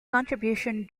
contribution